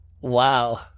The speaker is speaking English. Wow